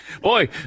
boy